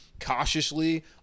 cautiously